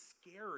scary